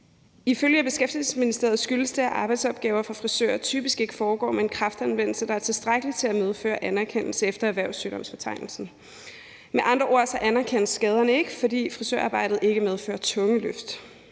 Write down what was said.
Ifølge Beskæftigelsesministeriet skyldes det, at arbejdsopgaver for frisører typisk ikke foregår med en kraftanvendelse, der er tilstrækkelig til at medføre anerkendelse efter erhvervssygdomsfortegnelsen. Med andre ord anerkendes skaderne ikke, fordi frisørarbejdet ikke medfører tunge